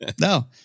no